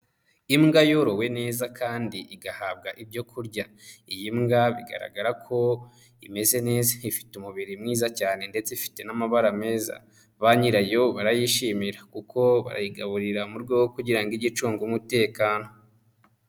Imbwa yorowe neza kandi igahabwa ibyo kurya, iyi mbwa bigaragara ko imeze neza ifite umubiri mwiza cyane ndetse ifite n'amabara meza ba nyirayo barayishimira kuko bayigaburira mu rwe kugira igicunge umutekano